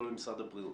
לא למשרד הבריאות.